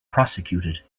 prosecuted